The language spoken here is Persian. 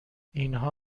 اینها